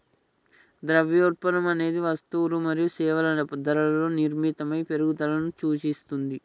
ద్రవ్యోల్బణం అనేది వస్తువులు మరియు సేవల ధరలలో స్థిరమైన పెరుగుదలను సూచిస్తది